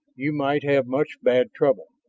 you might have much bad trouble.